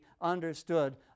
understood